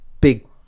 big